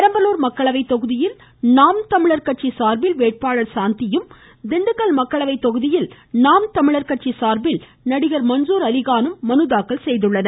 பெரம்பலூர் மக்களவை தொகுதியில் நாம் தமிழர் கட்சி சார்பில் வேட்பாளர் சாந்தியும் திண்டுக்கல் மக்களவை தொகுதியில் நாம் தமிழர் கட்சி சார்பில் நடிகர் மன்சூர் அலிகானும் மனு தாக்கல் செய்துள்ளனர்